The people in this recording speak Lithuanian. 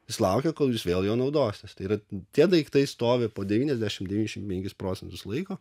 jis laukia kol jūs vėl juo naudositės tai yra tie daiktai stovi po devyniasdešimt devinasdešimt penkis procentus laiko